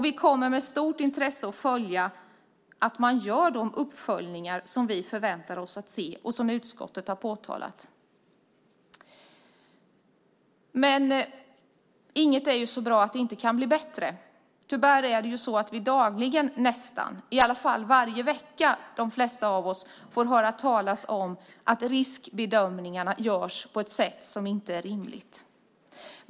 Vi kommer att med stort intresse följa att man gör de uppföljningar som vi förväntar oss och som utskottet har påtalat. Inget är så bra att det inte kan bli bättre. Nästan dagligen, åtminstone varje vecka, får de flesta av oss tyvärr höra talas om att riskbedömningarna görs på ett sätt som inte är rimligt.